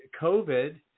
COVID